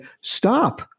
stop